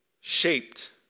shaped